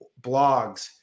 blogs